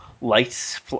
lights